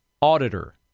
Auditor